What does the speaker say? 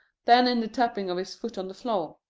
then in the tapping of his foot on the floor.